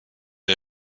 der